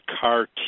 CAR